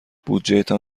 بودجهتان